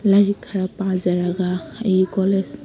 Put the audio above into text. ꯂꯥꯏꯔꯤꯛ ꯈꯔ ꯄꯥꯖꯔꯒ ꯑꯩꯒꯤ ꯀꯣꯂꯦꯖ